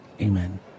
Amen